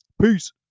peace